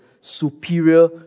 superior